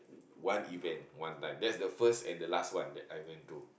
one event one time that's the first and the last one that I went to